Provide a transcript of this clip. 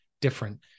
different